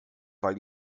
weil